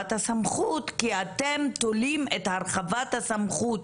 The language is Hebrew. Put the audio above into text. הסמכות כי אתם תולים את הרחבת הסמכות.